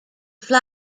fly